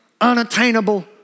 unattainable